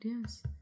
yes